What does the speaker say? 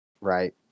right